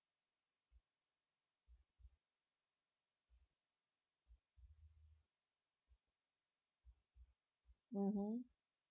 mmhmm